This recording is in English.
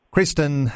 Kristen